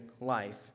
life